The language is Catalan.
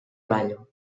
ballo